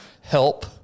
help